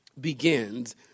begins